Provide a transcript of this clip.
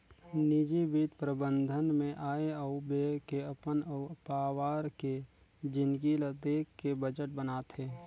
निजी बित्त परबंध मे आय अउ ब्यय के अपन अउ पावार के जिनगी ल देख के बजट बनाथे